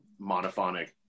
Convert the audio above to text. monophonic